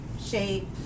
shape